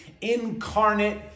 incarnate